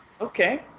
okay